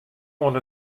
oan